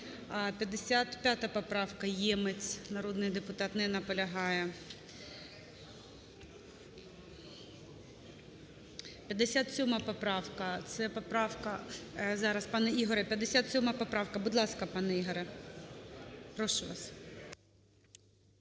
55 поправка, Ємець, народний депутат. Не наполягає. 57 поправка, це поправка… Зараз, пане Ігорю. 57 поправка. Будь ласка, пане Ігорю, прошу вас.